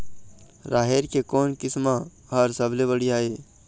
राहेर के कोन किस्म हर सबले बढ़िया ये?